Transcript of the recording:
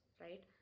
right